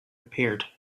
appeared